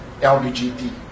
LGBT